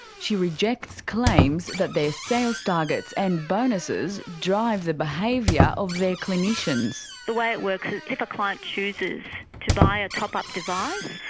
she rejects claims that their sales targets and bonuses drive the behaviour of their clinicians. the way it works is if a client chooses to buy a top-up device,